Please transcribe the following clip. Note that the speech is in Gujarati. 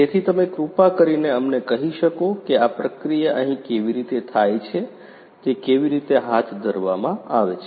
તેથી તમે કૃપા કરીને અમને કહી શકો કે આ પ્રક્રિયા અહીં કેવી રીતે થાય છે તે કેવી રીતે હાથ ધરવામાં આવે છે